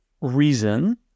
reason